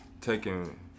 taking